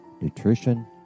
nutrition